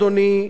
אדוני,